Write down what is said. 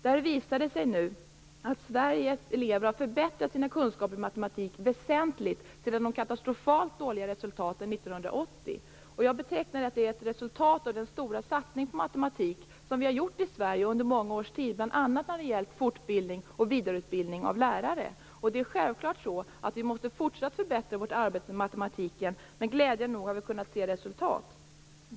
Det visade sig då att Sveriges elever väsentligt har förbättrat sina kunskaper i matematik sedan de katastrofalt dåliga resultaten 1980. Jag ser det som ett resultat av den stora satsning på matematik som vi har gjort i Sverige under många års tid, bl.a. när det har gällt fortbildning och vidareutbildning av lärare. Självfallet måste vi fortsätta att förbättra arbetet med matematiken, men glädjande nog har vi redan nu kunnat se resultat.